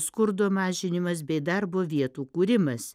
skurdo mažinimas bei darbo vietų kūrimas